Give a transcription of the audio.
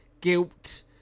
guilt